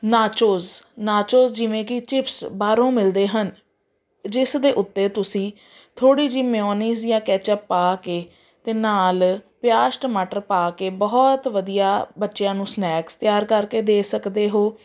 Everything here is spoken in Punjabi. ਨਾਚੋਜ ਨਾਚੋਜ ਜਿਵੇਂ ਕਿ ਚਿਪਸ ਬਾਹਰੋਂ ਮਿਲਦੇ ਹਨ ਜਿਸ ਦੇ ਉੱਤੇ ਤੁਸੀਂ ਥੋੜ੍ਹੀ ਜਿਹੀ ਮਿਊਨੀਜ ਜਾਂ ਕੈਚੱਪ ਪਾ ਕੇ ਤੇ ਨਾਲ ਪਿਆਜ਼ ਟਮਾਟਰ ਪਾ ਕੇ ਬਹੁਤ ਵਧੀਆ ਬੱਚਿਆਂ ਨੂੰ ਸਨੈਕਸ ਤਿਆਰ ਕਰਕੇ ਦੇ ਸਕਦੇ ਹੋ